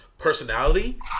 personality